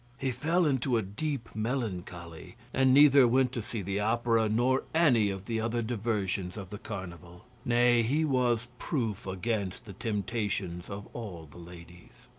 he fell into a deep melancholy, and neither went to see the opera, nor any of the other diversions of the carnival nay, he was proof against the temptations of all the ladies.